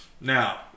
Now